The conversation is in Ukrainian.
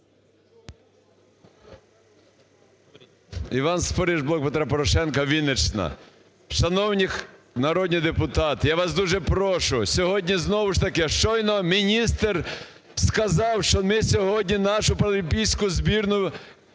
Іван Спориш, "Блок Петра Порошенка", Вінниччина. Шановні народні депутати! Я вас дуже прошу, сьогодні знову ж таки щойно міністр сказав, що ми сьогодні нашу паралімпійську збірну